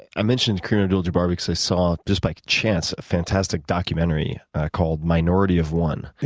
i mentioned kareem abdul jabbar because i saw, just by chance, a fantastic documentary called minority of one.